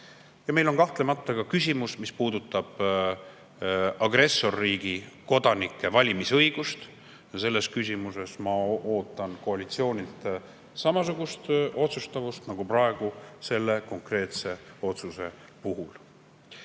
on meil kahtlemata küsimus, mis puudutab agressorriigi kodanike valimisõigust. Selles küsimuses ma ootan koalitsioonilt samasugust otsustavust, nagu praegu selle konkreetse otsuse puhul. Nüüd